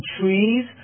trees